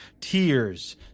tears